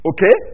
Okay